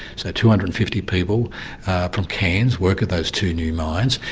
so two hundred and fifty people from cairns work at those two new mines,